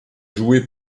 joué